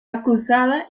acusada